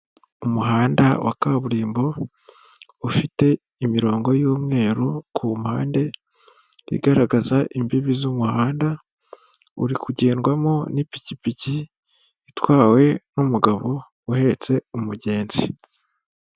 Umuhanda wa kaburimbo ufite imirongo y'umweru ku mpande igaragaza imbibi z'umuhanda, uri kugendwamo n'ipikipiki itwawe n'umugabo uhetse umugenzi.